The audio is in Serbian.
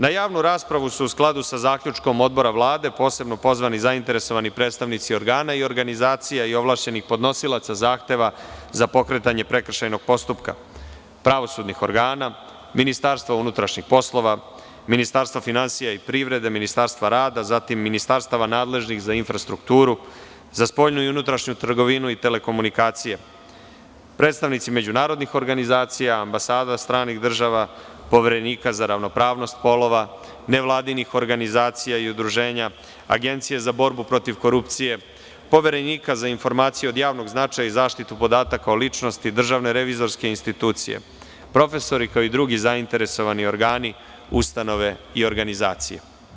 Na javnu raspravu su, u skladu sa zaključkom Odbora Vlade, posebno pozvani zainteresovani predstavnici organa, organizacija, ovlašćenih podnosilaca zahteva za pokretanje prekršajnog postupka, pravosudnih organa, MUP, Ministarstva finansija i privrede, Ministarstva rada, ministarstava nadležnih za infrastrukturu, za spoljnu i unutrašnju trgovinu i telekomunikacije, predstavnici međunarodnih organizacija, ambasada, stranih država, Poverenika za ravnopravnog polova, nevladinih organizacija i udruženja, Agencije za borbu protiv korupcije, Poverenika za informacije od javnog značaja i zaštitu podataka o ličnosti, DRI, profesori, kao i drugi zainteresovani organi, ustanove i organizacije.